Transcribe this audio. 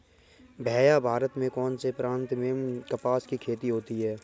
भैया भारत के कौन से प्रांतों में कपास की खेती होती है?